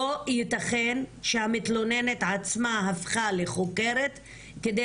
לא ייתכן שהמתלוננת עצמה הפכה לחוקרת כדי